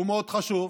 שהוא מאוד חשוב,